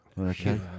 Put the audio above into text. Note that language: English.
Okay